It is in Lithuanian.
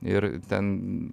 ir ten